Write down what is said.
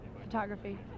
Photography